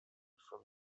from